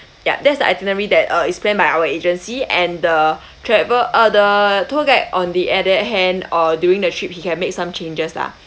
ya that's the itinerary that uh is planned by our agency and the travel uh the tour guide on the other hand or during the trip he can make some changes lah